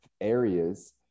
areas